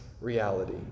reality